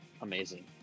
amazing